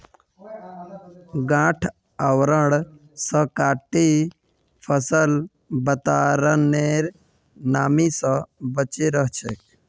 गांठ आवरण स कटी फसल वातावरनेर नमी स बचे रह छेक